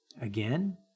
Again